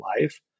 life